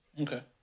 okay